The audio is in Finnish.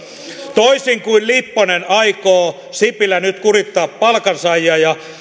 toisin kuin lipponen aikoo sipilä nyt kurittaa palkansaajia ja